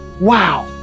Wow